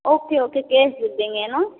okay okay cash दे देंगे है न